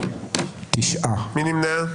מי נמנע?